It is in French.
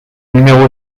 numéro